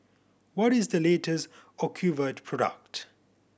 what is the latest Ocuvite product